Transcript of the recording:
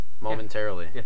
momentarily